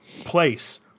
place